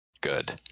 Good